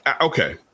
Okay